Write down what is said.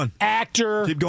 actor